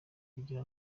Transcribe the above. kugira